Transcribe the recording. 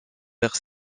vers